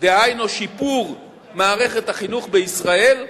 דהיינו שיפור מערכת החינוך בישראל.